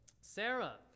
Sarah